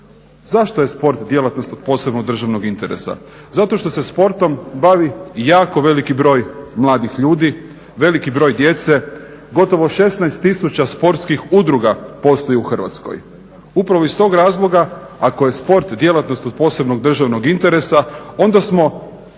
Zašto je sport od posebnog državnog interesa? Zato što se sportom bavi jako veliki broj mladih ljudi, veliki broj djece, gotovo 16 tisuća sportskih udruga postoji u Hrvatskoj. Upravo iz tog razloga ako je sport djelatnost od posebnog državnog interesa onda smo